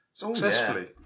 Successfully